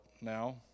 now